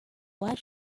white